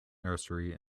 nursery